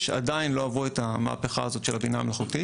שעדיין לא עברו את המהפכה הזאת של הבינה המלאכותית.